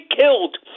killed